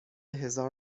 هزار